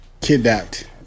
kidnapped